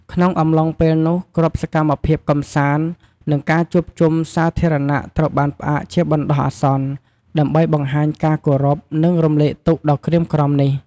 ក្នុងអំឡុងពេលនោះ គ្រប់សកម្មភាពកម្សាន្ត និងការជួបជុំសាធារណៈត្រូវបានផ្អាកជាបណ្ដោះអាសន្ន ដើម្បីបង្ហាញការគោរព និងរំលែកទុក្ខដ៏ក្រៀមក្រំនេះ។